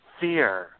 fear